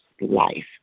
life